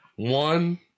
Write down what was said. One